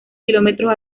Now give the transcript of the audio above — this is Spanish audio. kilómetros